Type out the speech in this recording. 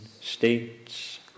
states